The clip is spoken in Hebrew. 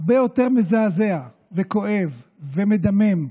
הרבה יותר מזעזע וכואב ומדמם,